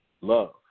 love